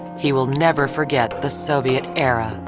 he will never forget the soviet era.